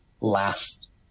last